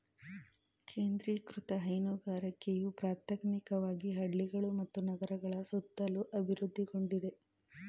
ಕೇಂದ್ರೀಕೃತ ಹೈನುಗಾರಿಕೆಯು ಪ್ರಾಥಮಿಕವಾಗಿ ಹಳ್ಳಿಗಳು ಮತ್ತು ನಗರಗಳ ಸುತ್ತಲೂ ಅಭಿವೃದ್ಧಿಗೊಂಡಿದೆ